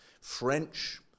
French